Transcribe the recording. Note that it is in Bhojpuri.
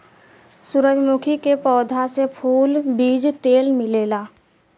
सूरजमुखी के पौधा से फूल, बीज तेल मिलेला